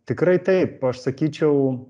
tikrai taip aš sakyčiau